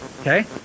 Okay